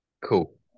cool